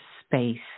space